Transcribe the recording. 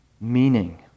meaning